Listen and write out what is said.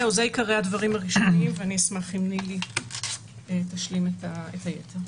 עיקרי הדברים הראשוניים ואני אשמח אם נילי תשלים את היתר.